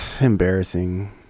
embarrassing